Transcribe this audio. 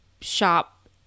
shop